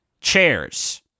chairs